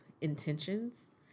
intentions